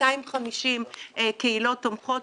250 קהילות תומכות,